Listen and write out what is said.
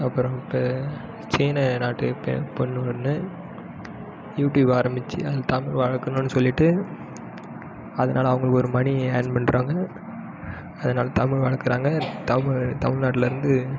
அப்புறம் இப்போ சீன நாட்டு பெண் பொண்ணு ஒன்று யூடியூப் ஆரம்பிச்சு அதில் தமிழ் வளர்க்கணுன்னு சொல்லிட்டு அதனால் அவங்களுக்கு ஒரு மணி ஏர்ன் பண்ணுறாங்க அதனால் தமிழ் வளர்க்குறாங்க தமிழ் தமிழ்நாட்டில் இருந்து